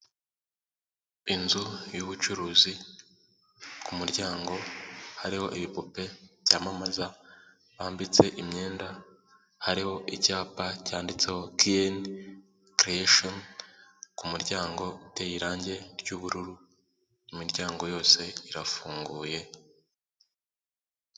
Inzu y'ubucuruzi ku muryango hariho ibipupe byamamaza bambitse imyenda, hariho icyapa cyanditseho kiyeni kereyesheni ku muryango uteye irangi ry'ubururu. Imiryango yose irafunguye.